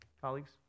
colleagues